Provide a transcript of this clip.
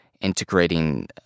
integrating